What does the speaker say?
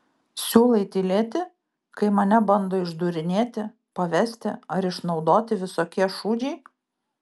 siūlai tylėti kai mane bando išdūrinėti pavesti ar išnaudoti visokie šūdžiai